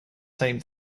same